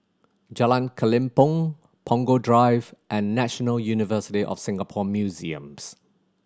Jalan Kelempong Punggol Drive and National University of Singapore Museums